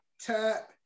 Tap